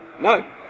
No